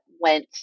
went